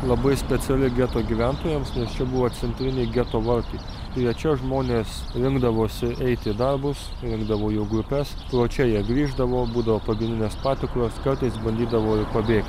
labai speciali geto gyventojams nes čia buvo centriniai geto vartai tai jie čia žmonės rinkdavosi eiti į darbus rinkdavo jų grupes pro čia jie grįždavo būdavo pagrindinės patikros kartais bandydavo ir pabėgt